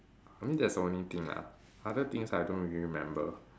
I mean that's the only thing lah other things I don't really remember